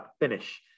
finish